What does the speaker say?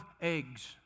eggs